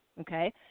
okay